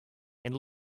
and